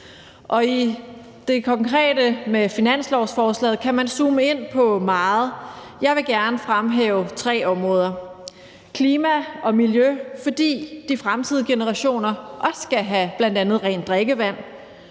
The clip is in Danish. I det konkrete med finanslovsforslaget kan man zoome ind på meget. Jeg vil gerne fremhæve tre områder: klima og miljø, fordi de fremtidige generationer også skal have bl.a. rent drikkevand;